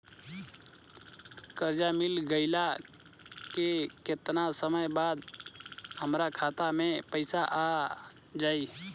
कर्जा मिल गईला के केतना समय बाद हमरा खाता मे पैसा आ जायी?